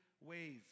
ways